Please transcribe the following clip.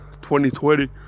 2020